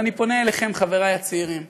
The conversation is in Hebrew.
אז אני פונה אליכם, חברי הצעירים: